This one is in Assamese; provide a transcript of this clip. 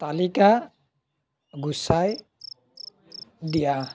তালিকা গুচাই দিয়া